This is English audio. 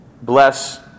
Bless